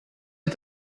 est